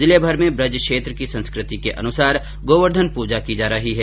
जिलेभर में बृज क्षेत्र की संस्कृति के अनुसार गोवर्धन पूजा की जा रही है